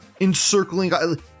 Encircling-